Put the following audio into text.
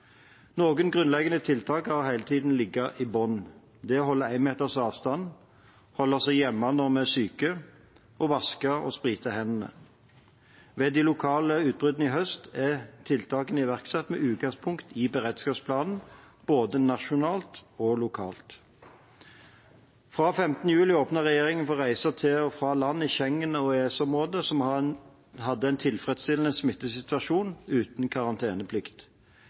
Noen grunnleggende tiltak har hele tiden ligget i bunnen. Det er å holde én meters avstand, holde oss hjemme når vi er syke, og å vaske og sprite hendene. Ved de lokale utbruddene i høst er tiltakene iverksatt med utgangspunkt i beredskapsplanen – både nasjonalt og lokalt. Fra 15. juli åpnet regjeringen for reiser til og fra land i Schengen- og EØS-området som hadde en tilfredsstillende smittesituasjon uten karanteneplikt.